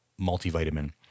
multivitamin